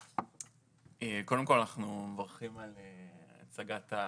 קודם כל אנחנו מברכים על הצגת,